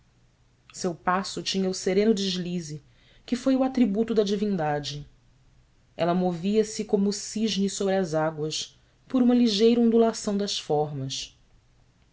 seu passo tinha o sereno deslize que foi o atributo da divindade ela movia-se como o cisne sobre as águas por uma ligeira ondulação das formas